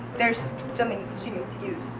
there's something she needs to use